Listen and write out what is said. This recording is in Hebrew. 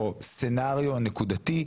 או סצנריו נקודתי,